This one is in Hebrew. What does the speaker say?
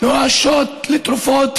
נואשות לתרופות